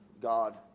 God